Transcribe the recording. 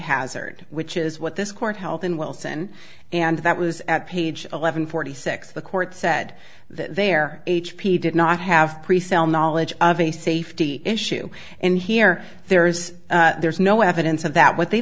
hazard which is what this court health in wilson and that was at page eleven forty six the court said there h p did not have pre sale knowledge of a safety issue and here there is there's no evidence of that what they